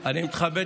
אני מתכבד